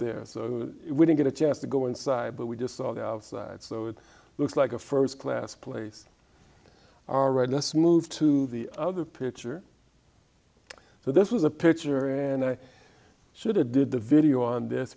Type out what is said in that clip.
there so we didn't get a chance to go inside but we just saw the outside so it looks like a st class place all right let's move to the other picture so this was a picture and i should have did the video on